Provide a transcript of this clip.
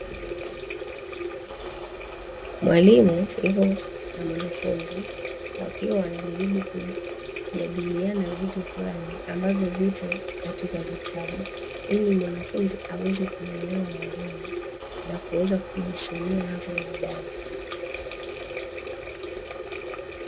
Mwalimu yupo na mwanafunzi wakiwa wanajaribu kujadiliana vitu fulani l, ambavyo vipo katika kitabu. Ili mwanafunzi aweze kumuelewa mwalimu na kuweza kujisomea hapo badae.